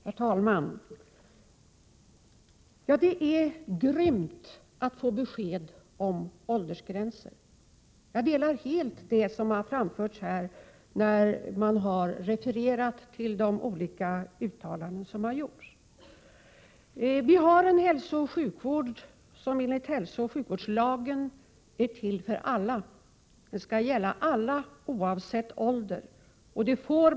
Herr talman! Ja, det är grymt att få besked om åldersgränser. Jag delar helt det som har framförts här, när man har refererat till de olika uttalanden som har gjorts. Vi har en hälsooch sjukvård som enligt hälsooch sjukvårdslagen är till för alla. Den skall gälla alla, oavsett ålder.